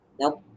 nope